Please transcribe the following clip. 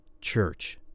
Church